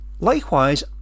Likewise